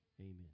Amen